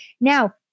Now